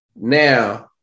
Now